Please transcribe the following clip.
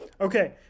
Okay